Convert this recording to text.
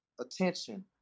attention